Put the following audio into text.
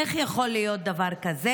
איך יכול להיות דבר כזה?